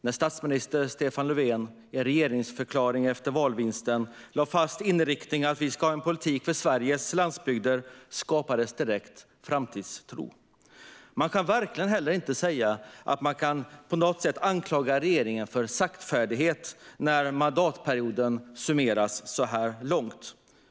När statsminister Stefan Löfven i regeringsförklaringen efter valvinsten lade fast inriktningen att vi ska ha en politik för Sveriges landsbygder skapades direkt framtidstro. Man kan verkligen heller inte på något sätt anklaga regeringen för saktfärdighet när mandatperioden summeras så här långt.